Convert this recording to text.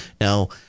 Now